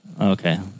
Okay